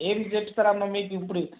ఏం చేయిస్తారమ్మా మీకు ఇప్పుడు